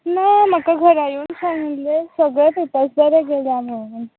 ना म्हाका घरा येवन सांगिल्ले सगळे पेपर्स बरे गेल्या म्हणून